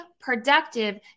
productive